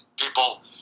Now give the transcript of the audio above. People